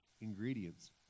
ingredients